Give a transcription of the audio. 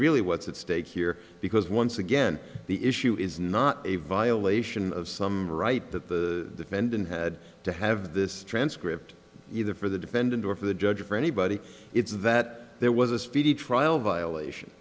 really what's at stake here because once again the issue is not a violation of some right that the pendant had to have this transcript either for the defendant or for the judge for anybody it's that there was a speedy trial violation